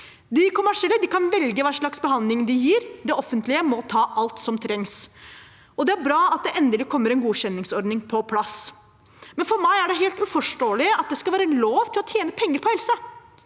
De kommersielle kan velge hva slags behandling de gir. Det offentlige må gi alt som trengs. Det er bra at det endelig kommer en godkjenningsordning på plass, men for meg er det helt uforståelig at det skal være lov å tjene penger på helse,